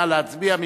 נא להצביע.